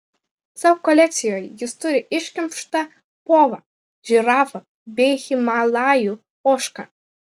savo kolekcijoje jis turi iškimštą povą žirafą bei himalajų ožką